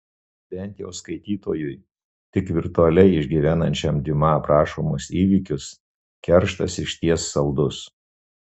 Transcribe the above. bent jau skaitytojui tik virtualiai išgyvenančiam diuma aprašomus įvykius kerštas išties saldus